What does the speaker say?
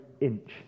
inch